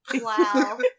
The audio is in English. Wow